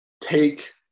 take